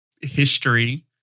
history